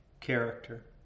character